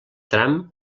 tram